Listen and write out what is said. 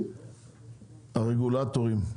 הרגולטורים,